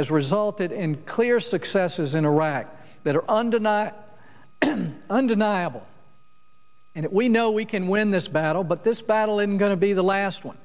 has resulted in clear successes in iraq that are under not an undeniable that we know we can win this battle but this battle in going to be the last one